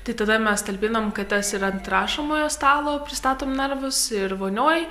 tai tada mes talpinam kates ir ant rašomojo stalo pristatom narvus ir vonioj